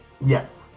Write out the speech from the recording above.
Yes